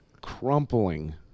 Crumpling